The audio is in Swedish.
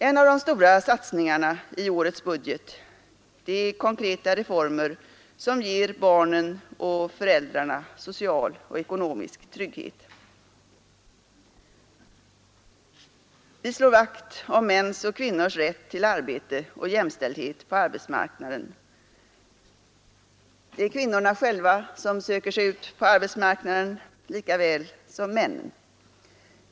En av de stora satsningarna i årets budget är konkreta reformer som ger barnen och föräldrarna social och ekonomisk trygghet. Vi slår vakt om mäns och kvinnors rätt till arbete och jämställdhet på arbetsmarknaden. Det är kvinnorna själva som söker sig ut på arbetsmarknaden lika väl som männen.